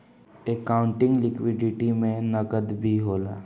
accounting liquidity में नकद भी होला